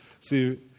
See